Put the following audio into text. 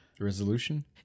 Resolution